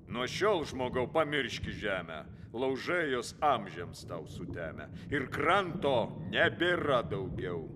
nuo šiol žmogau pamirški žemę laužai jos amžiams tau sutemę ir kranto nebėra daugiau